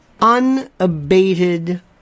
unabated